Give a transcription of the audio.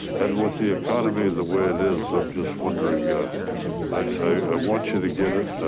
and with the economy, the way it is, i'm just wondering yeah i want you to get it.